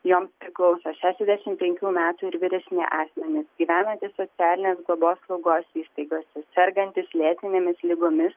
joms priklauso šešiasdešimt penkių metų ir vyresni asmenys gyvenantys socialinės globos slaugos įstaigose sergantys lėtinėmis ligomis